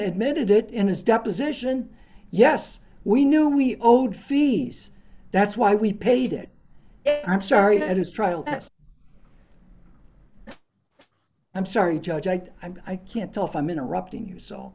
admitted it in his deposition yes we knew we owed fees that's why we paid it i'm sorry that his trial that i'm sorry judge i i can't tell if i'm interrupting you so